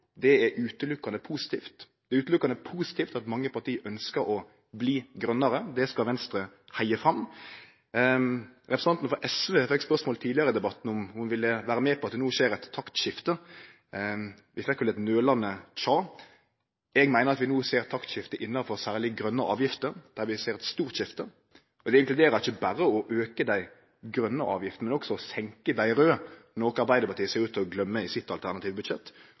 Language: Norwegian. Det er berre positivt. Det er berre positivt at mange parti ønskjer å bli grønare. Det skal Venstre heie fram. Representanten frå SV fekk spørsmål tidlegare i debatten om ho ville vere med på at det no skjer eit taktskifte. Vi fekk eit litt nølande tja. Eg meiner at vi no ser eit taktskifte innanfor særleg grøne avgifter, der vi ser eit stort skifte, men det inkluderer ikkje berre å auke dei grøne avgiftene, men også å senke dei raude, noko Arbeidarpartiet ser ut til å gløyme i det alternative